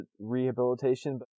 rehabilitation